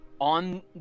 on